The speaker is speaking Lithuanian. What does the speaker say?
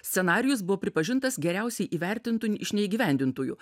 scenarijus buvo pripažintas geriausiai įvertintu iš neįgyvendintųjų